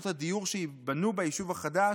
יחידות הדיור שייבנו ביישוב החדש